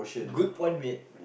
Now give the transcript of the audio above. good point mate